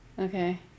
Okay